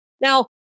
Now